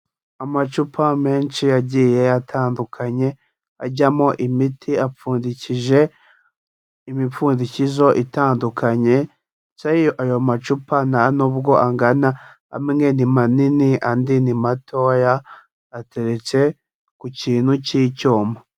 Amacupa menshi agiye yatandukanye ajyamo imiti apfundikije imipfundikizo itandukanye ndetse ayo macupa nta nubwo angana, amwe ni manini andi ni matoya ateretse ku kintu cy'icyuma.